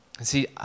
See